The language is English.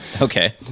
Okay